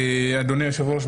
אדוני היושב-ראש,